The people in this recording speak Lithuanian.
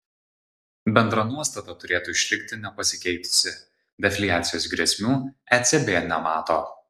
bendra nuostata turėtų išlikti nepasikeitusi defliacijos grėsmių ecb nemato